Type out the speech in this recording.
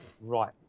right